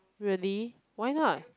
really why not